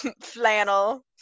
flannel